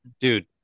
dude